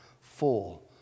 full